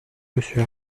monsieur